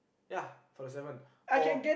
ya forty seven or